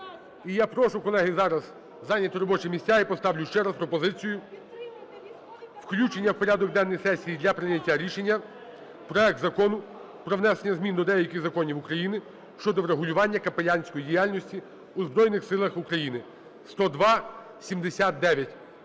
І я прошу, колеги, зараз зайняти робочі місця, я поставлю ще раз пропозицію: включення в порядок денний сесії для прийняття рішення проект Закону про внесення змін до деяких законів України щодо врегулювання капеланської діяльності у Збройних Силах України (10279).